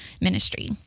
ministry